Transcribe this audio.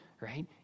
right